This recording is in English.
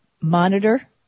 monitor